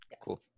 Cool